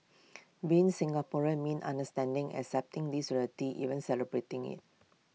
being Singaporean means understanding accepting this reality even celebrating IT